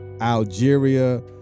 Algeria